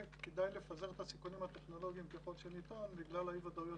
כדאי לפזר את הסיכונים הטכנולוגיים ככל שניתן בגלל אי הוודאויות